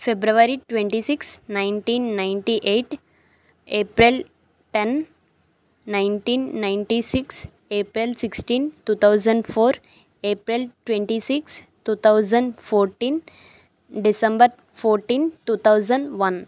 February twenty six nineteen ninety eight April ten nineteen ninety six April sixteen two thousand four April twenty six two thousand fourteen December fourteen two thousand one